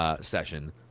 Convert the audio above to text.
session